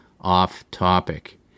off-topic